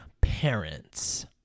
parents